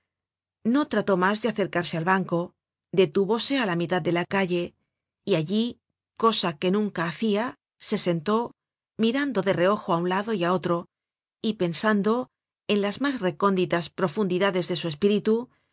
no trató mas de acercarse al banco detúvose á la mitad de la calle y allí cosa que nunca hacia se sentó mirando de reojo á un lado y otro y pensando en las mas recónditas profundidades de su espíritu